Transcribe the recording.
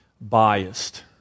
biased